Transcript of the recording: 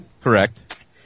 Correct